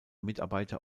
mitarbeiter